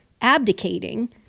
abdicating